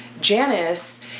Janice